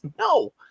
No